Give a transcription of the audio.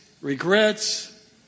regrets